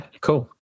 cool